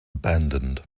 abandoned